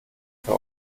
für